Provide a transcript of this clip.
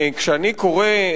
כשאני קורא,